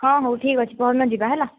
ହଁ ହଉ ଠିକ୍ ଅଛି ପଅରଦିନ ଯିବା ହେଲା